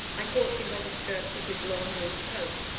i caught him by the skirts of his long, loose coat,